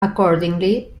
accordingly